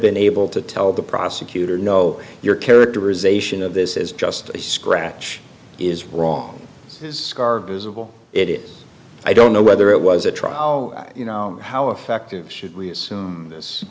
been able to tell the prosecutor no your characterization of this is just a scratch is wrong scar visible it is i don't know whether it was a trial you know how effective should we assume this